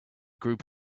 group